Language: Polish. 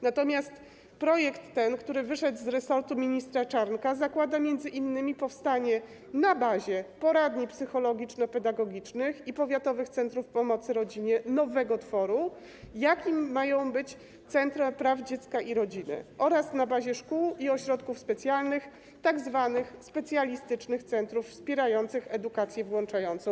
Natomiast ten projekt, który wyszedł z resortu ministra Czarnka, zakłada m.in. powstanie, na bazie poradni psychologiczno-pedagogicznych i powiatowych centrów pomocy rodzinie, nowego tworu, którym mają być centra dziecka i rodziny, oraz, na bazie szkół i ośrodków specjalnych, tzw. specjalistycznych centrów wspierających edukację włączającą.